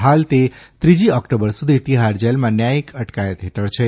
હાલ તે ત્રીજી ઓક્ટોબર સુધી તિહાર જેલમાં ન્યાયીક અટકાયત હેઠળ છે